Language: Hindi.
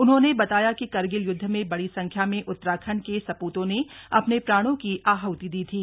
उन्होंने बताया कि करगिल युद्ध में बड़ी संख्या में उत्तराखण्ड के सपूतों ने अपने प्राणों की आहृति दी थी